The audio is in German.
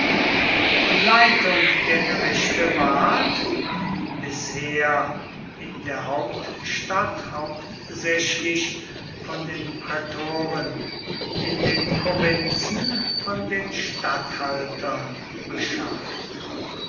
die leitung der gerichte ward wie bisher in der hauptstadt hauptsächlich von den prätoren in den provinzen von den statthaltern beschafft